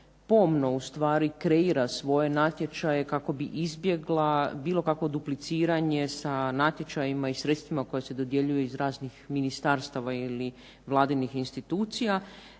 pomno kreira svoje natječaje kako bi izbjegla bilo kakvo dupliciranje sa natječajima i sredstvima koja se dodjeljuju iz raznih ministarstava ili vladinih institucija.